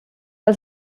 els